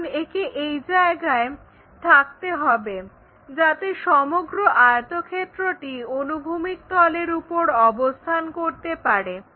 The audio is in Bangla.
এখন একে এই জায়গায় থাকতে হবে যাতে সমগ্র আয়তক্ষেত্রটি অনুভূমিক তলের ওপর অবস্থান করতে পারে